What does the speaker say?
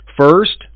First